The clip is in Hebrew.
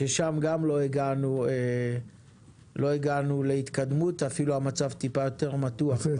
ששם גם לא הגענו להתקדמות ואפילו המצב מעט יותר מתוח,